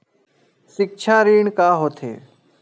सिक्छा ऋण का होथे?